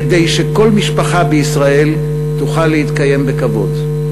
כדי שכל משפחה בישראל תוכל להתקיים בכבוד,